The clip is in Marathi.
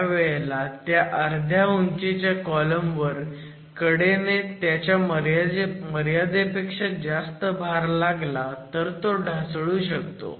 त्या वेळेला त्या अर्ध्या उंचीच्या कॉलम वर कडेने त्याच्या मर्यादेपेक्षा जास्त भार लागला तर तो ढासळू शकतो